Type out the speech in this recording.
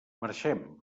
marxem